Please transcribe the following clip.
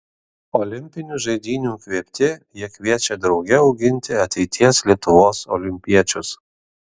olimpinių žaidynių įkvėpti jie kviečia drauge auginti ateities lietuvos olimpiečius